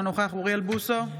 אינו נוכח אוריאל בוסו,